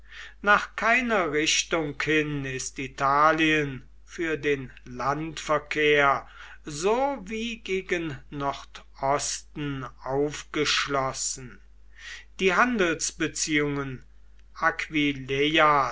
nach keiner richtung hin ist italien für den landverkehr so wie gegen nordosten aufgeschlossen die handelsbeziehungen aquileias